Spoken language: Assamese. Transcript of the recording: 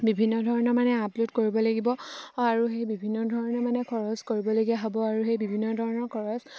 বিভিন্ন ধৰণৰ মানে আপলোড কৰিব লাগিব আৰু সেই বিভিন্ন ধৰণৰ মানে খৰচ কৰিবলগীয়া হ'ব আৰু সেই বিভিন্ন ধৰণৰ খৰচ